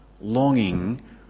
longing